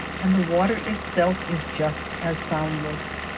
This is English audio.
and the water itself is just as soundless.